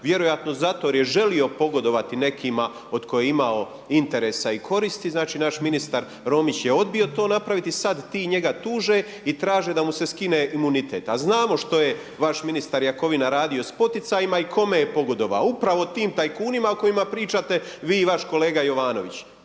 vjerojatno zato jer je želio pogodovati nekima od kojih je imao interesa i koristi, znači naš ministar Romić je odbio to napraviti i sada ti njega tuže i traže da mu se skine imunitet. A znamo što je vaš ministar Jakovina radio sa poticajima i kome je pogodovao, upravo tim tajkunima o kojima pričate vi i vaš kolega Jovanović.